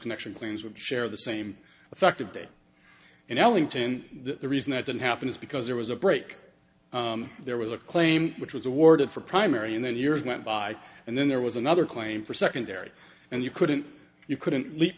connection claims would share the same effective date and only the reason that didn't happen is because there was a break there was a claim which was awarded for primary and then years went by and then there was another claim for secondary and you couldn't you couldn't lea